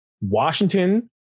Washington